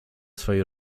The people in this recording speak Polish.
swej